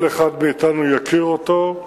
כל אחד מאתנו יכיר אותו,